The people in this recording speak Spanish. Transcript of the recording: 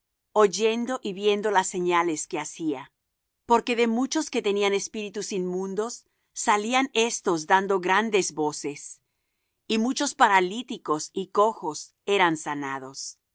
oyendo y viendo las señales que hacía porque de muchos que tenían espíritus inmundos salían éstos dando grandes voces y muchos paralíticos y cojos eran sanados